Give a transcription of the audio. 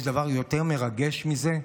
יש דבר יותר מרגש מזה,